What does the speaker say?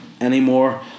anymore